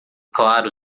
claro